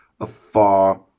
afar